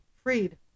freed